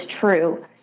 true